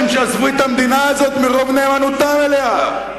שעזבו את המדינה הזאת מרוב נאמנותם אליה.